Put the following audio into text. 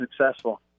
successful